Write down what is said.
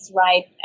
right